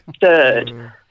third